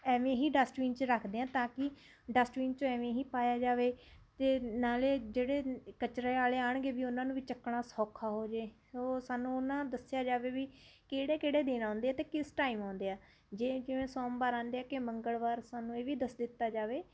ਐਵੇਂ ਹੀ ਡਸਟਬੀਨ 'ਚ ਰੱਖਦੇ ਹਾਂ ਤਾਂ ਕਿ ਡਸਟਬੀਨ 'ਚੋਂ ਐਵੇਂ ਹੀ ਪਾਇਆ ਜਾਵੇ ਅਤੇ ਨਾਲੇ ਜਿਹੜੇ ਕਚਰੇ ਵਾਲੇ ਆਉਣਗੇ ਵੀ ਉਹਨਾਂ ਨੂੰ ਵੀ ਚੱਕਣਾ ਸੌਖਾ ਹੋ ਜੇ ਉਹ ਸਾਨੂੰ ਉਹਨਾਂ ਦੱਸਿਆ ਜਾਵੇ ਵੀ ਕਿਹੜੇ ਕਿਹੜੇ ਦਿਨ ਆਉਂਦੇ ਅਤੇ ਕਿਸ ਟਾਈਮ ਆਉਂਦੇ ਆ ਜੇ ਕਿਵੇਂ ਸੋਮਵਾਰ ਆਉਂਦੇ ਆ ਕਿ ਮੰਗਲਵਾਰ ਸਾਨੂੰ ਇਹ ਵੀ ਦੱਸ ਦਿੱਤਾ ਜਾਵੇ